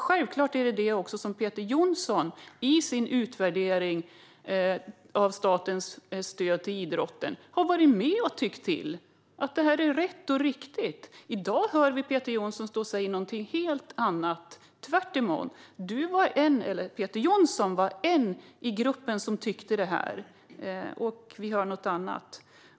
Självklart har Peter Johnsson också, i sin utvärdering av statens stöd till idrotten, varit med och tyckt att det är rätt och riktigt. I dag står Peter Johnsson och säger något helt annat. Peter Johnsson var en i gruppen som tyckte det, men nu hör vi något annat.